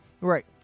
Right